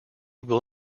will